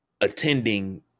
attending